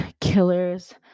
killers